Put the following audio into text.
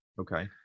Okay